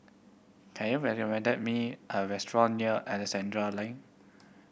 can you recommend me a restaurant near Alexandra Lane